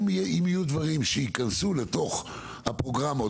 אם יהיו דברים שייכנסו לתוך הפרוגרמות,